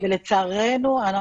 לצערנו אנחנו